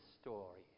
story